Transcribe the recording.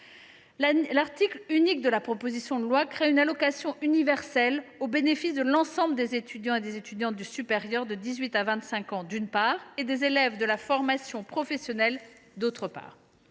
L’article unique de la proposition de loi crée une allocation universelle au bénéfice de l’ensemble, d’une part, des étudiants du supérieur de 18 à 25 ans, d’autre part, des élèves de la formation professionnelle. Cette